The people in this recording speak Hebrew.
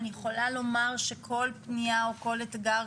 אני יכולה לומר שכל פנייה או כל אתגר,